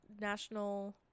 national